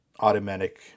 automatic